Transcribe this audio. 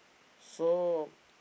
so